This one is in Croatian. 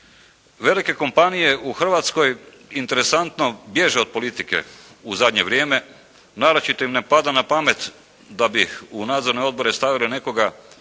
Velike kompanije u Hrvatskoj interesantno bježe od politike u zadnje vrijeme. Naročito im ne pada na pamet da bi u nadzorne odbore stavili nekoga